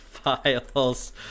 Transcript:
Files